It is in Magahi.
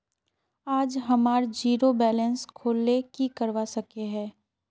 आप हमार जीरो बैलेंस खोल ले की करवा सके है?